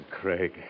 Craig